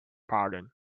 pardon